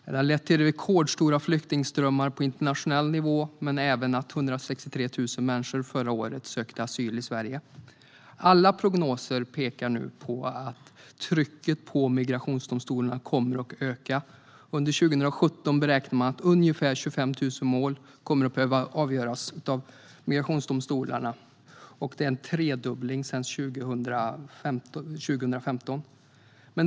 Det har lett till rekordstora flyktingströmmar på internationell nivå och även att 163 000 människor sökte asyl i Sverige under förra året. Alla prognoser pekar nu på att trycket på migrationsdomstolarna kommer att öka. Man beräknar att ungefär 25 000 mål kommer att behöva avgöras av migrationsdomstolarna under 2017. Det är en tredubbling sedan 2015.